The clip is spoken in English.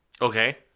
Okay